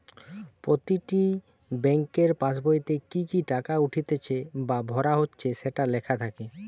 প্রতিটি বেংকের পাসবোইতে কি কি টাকা উঠতিছে বা ভরা হচ্ছে সেটো লেখা থাকে